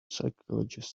psychologist